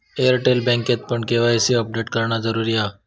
Airtel बँकेतपण KYC update करणा जरुरी हा